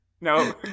No